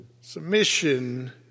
Submission